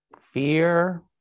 Fear